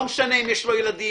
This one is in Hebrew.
לא משנה אם יש לו ילדים,